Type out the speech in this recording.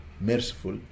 merciful